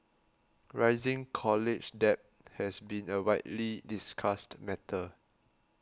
rising college debt has been a widely discussed matter